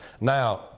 Now